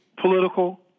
political